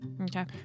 Okay